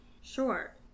Sure